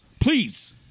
Please